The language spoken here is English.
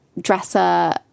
dresser